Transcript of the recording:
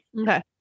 Okay